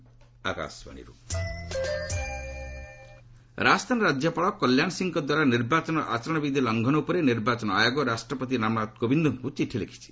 EC Rajasthan Rajasthan ରାଜ୍ୟପାଳ କଲ୍ୟାଣ ସିଂହଙ୍କ ଦ୍ୱାରା ନିର୍ବାଚନ ଆଚରଣବିଧି ଲଙ୍ଘନ ଉପରେ ନିର୍ବାଚନ ଆୟୋଗ ରାଷ୍ଟ୍ରପତି ରାମନାଥ କୋବିନ୍ଦଙ୍କୁ ଚିଠି ଲେଖିଛି